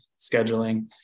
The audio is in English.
scheduling